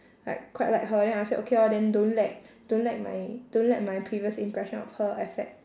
like quite like her then I said okay lor then don't let don't let my don't let my previous impression of her affect